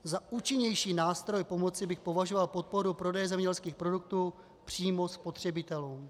Za účinnější nástroj pomoci bych považoval podporu prodeje zemědělských produktů přímo spotřebitelům.